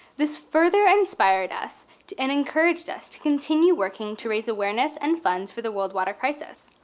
this further inspired us to and encouraged us to continue working to raise awareness and funds for the world water crisis.